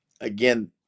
again